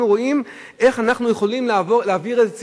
אנחנו רואים איך אנחנו יכולים להעביר את זה ציבורית.